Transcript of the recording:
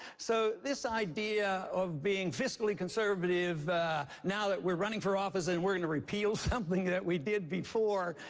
so this idea of being fiscally conservative now that we're running for office and we're going to repeal something that we did before,